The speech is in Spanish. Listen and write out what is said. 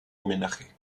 homenaje